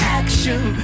action